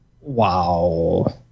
Wow